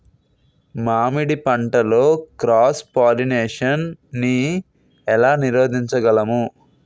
మామిడి పంటలో cross pollination నీ ఏల నీరోధించగలము?